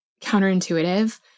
counterintuitive